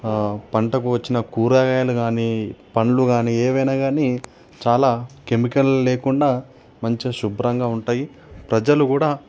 పంటకు వచ్చిన కూరగాయలు గానీ పండ్లు గానీ ఏవైనా గానీ చాలా కెమికల్ లేకుండా మంచిగా శుభ్రంగా ఉంటాయి ప్రజలు గూడా